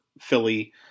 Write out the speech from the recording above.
Philly